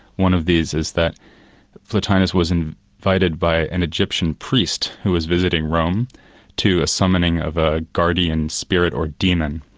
one of these is that plotinus was invited by an egyptian priest who was visiting rome to a summoning of a guardian spirit or demon,